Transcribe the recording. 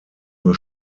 nur